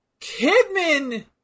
Kidman